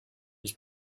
his